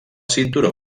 cinturó